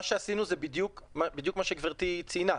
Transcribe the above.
מה שעשינו זה בדיוק מה שגברתי ציינה.